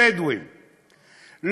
הבדואית,